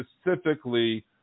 specifically